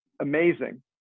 amazing